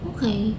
Okay